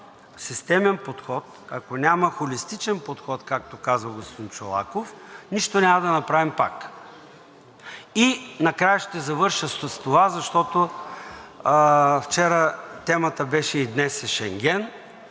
системен подход, ако няма холистичен подход, както казва господин Чолаков, нищо няма да направим пак. И накрая ще завърша с това, защото вчера темата беше и днес е Шенген,